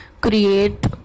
create